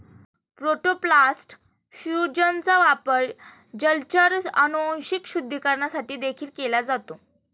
protoplast फ्यूजनचा वापर जलचर अनुवांशिक शुद्धीकरणासाठी देखील केला जातो